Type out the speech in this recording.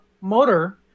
motor